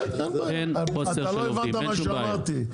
אין שום בעיה.